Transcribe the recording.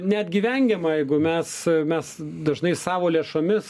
netgi vengiama jeigu mes mes dažnai savo lėšomis